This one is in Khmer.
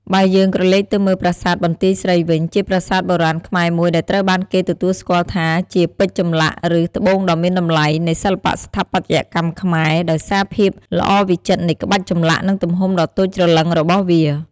បើយើងក្រឡេកទៅមើល ប្រាសាទបន្ទាយស្រីវិញ ជាប្រាសាទបុរាណខ្មែរមួយដែលត្រូវបានគេទទួលស្គាល់ថាជា "ពេជ្រចម្លាក់" ឬ "ត្បូងដ៏មានតម្លៃ" នៃសិល្បៈស្ថាបត្យកម្មខ្មែរ ដោយសារភាពល្អវិចិត្រនៃក្បាច់ចម្លាក់ និងទំហំដ៏តូចច្រឡឹងរបស់វា។